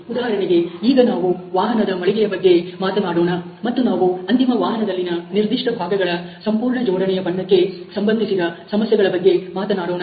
ಉದಾಹರಣೆಗೆ ಈಗ ನಾವು ವಾಹನದ ಮಳಿಗೆಯ ಬಗ್ಗೆ ಮಾತನಾಡೋಣ ಮತ್ತು ನಾವು ಅಂತಿಮ ವಾಹನದದಲ್ಲಿನ ನಿರ್ದಿಷ್ಟ ಭಾಗಗಳ ಸಂಪೂರ್ಣ ಜೋಡಣೆಯ ಬಣ್ಣಕ್ಕೆ ಸಂಬಂಧಿಸಿದ ಸಮಸ್ಯೆಗಳ ಬಗ್ಗೆ ಮಾತನಾಡೋಣ